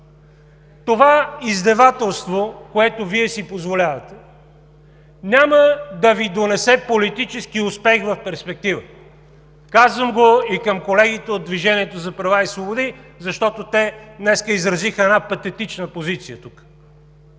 Това издевателство, което Вие си позволявате, няма да Ви донесе политически успех в перспектива – казвам го и към колегите от „Движението за права и свободи“, защото те днес изразиха една патетична позиция тук.